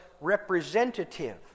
representative